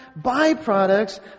byproducts